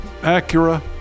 Acura